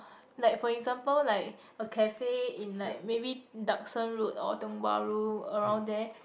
like for example like a cafe in like maybe Duxton-road or Tiong-Bahru around there